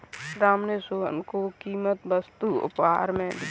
राम ने सोहन को कीमती वस्तु उपहार में दिया